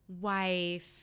wife